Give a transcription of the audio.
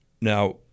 Now